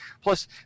Plus